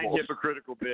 hypocritical